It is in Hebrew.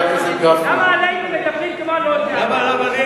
למה עלינו מדברים כמו אני לא יודע מה?